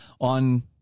on